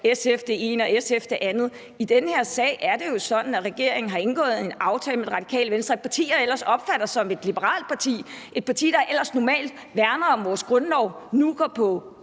SF det ene og SF det andet. I den her sag er det jo sådan, at regeringen har indgået en aftale med Radikale Venstre – et parti, som jeg ellers opfatter som et liberalt parti og et parti, der ellers normalt værner om vores grundlov, men som